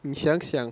你想想